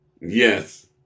Yes